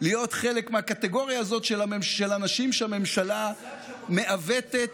להיות חלק מהקטגוריה הזאת של אנשים שהממשלה מעוותת